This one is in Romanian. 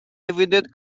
evident